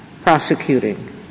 prosecuting